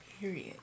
Period